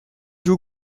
joue